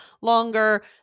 longer